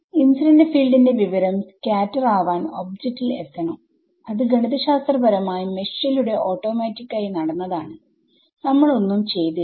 incident field ന്റെ വിവരം scatter ആവാൻ ഒബ്ജെക്റ്റ് ൽ എത്തണംഅത് ഗണിതശാസ്ത്രപരമായി മെഷ് ലൂടെ ഓട്ടോമാറ്റിക് ആയി നടന്നതാണ് നമ്മൾ ഒന്നും ചെയ്തില്ല